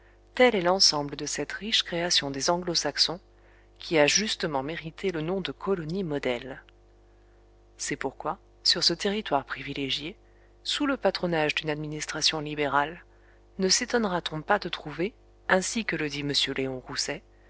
tel est l'ensemble de cette riche création des anglo-saxons qui a justement mérité le nom de colonie modèle c'est pourquoi sur ce territoire privilégié sous le patronage d'une administration libérale ne sétonnera t on pas de trouver ainsi que le dit m léon rousset